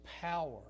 power